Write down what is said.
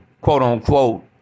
quote-unquote